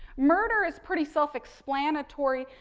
murder is pretty self-explanatory.